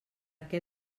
què